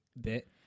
bit